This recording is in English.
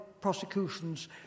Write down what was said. Prosecution's